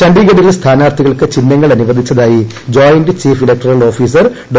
ഛണ്ഡിഗഡിൽ സ്ഥാനാർത്ഥികൾക്ക് ചിഹ്നങ്ങൾ അനുവദിച്ചതായി ജോയിന്റ് ചീഫ് ഇലക്ടറൽ ഓഫീസർ ഡോ